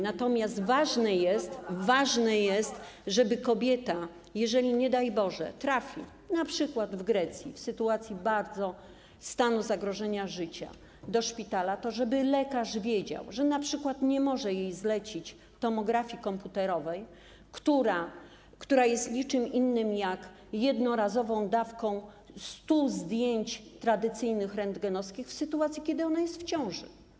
Natomiast ważne jest to, że gdy kobieta, nie daj Boże, trafi np. w Grecji w sytuacji stanu zagrożenia życia do szpitala, to żeby lekarz wiedział, że np. nie może jej zlecić tomografii komputerowej, która jest niczym innym jak jednorazową dawką 100 zdjęć tradycyjnych rentgenowskich, w sytuacji kiedy ona jest w ciąży.